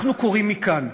אנחנו קוראים מכאן,